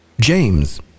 JAMES